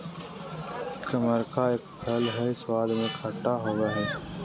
कमरख एक फल हई स्वाद में खट्टा होव हई